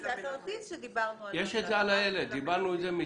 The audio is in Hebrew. דיברנו על זה.